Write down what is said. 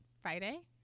Friday